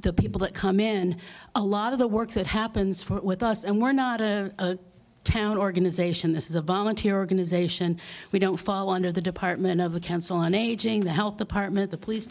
the people that come in a lot of the work that happens for with us and we're not a town organization this is a volunteer organization we don't fall under the department of the council on aging the health department the police